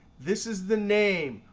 this is the name.